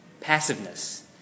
passiveness